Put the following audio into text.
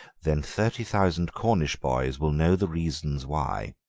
then thirty thousand cornish boys will know the reason why.